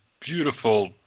beautiful